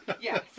Yes